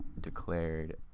declared